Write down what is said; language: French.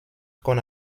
qu’on